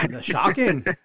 Shocking